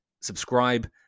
subscribe